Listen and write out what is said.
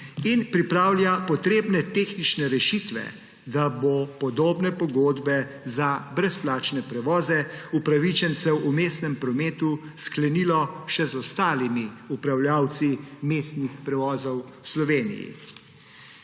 ter pripravlja potrebne tehnične rešitve, da se bo podobne pogodbe za brezplačne prevoze upravičencev v mestnem prometu sklenilo še z ostalimi upravljavci mestnih prevozov v Sloveniji.